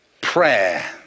prayer